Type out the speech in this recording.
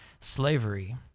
slavery